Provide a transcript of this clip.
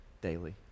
daily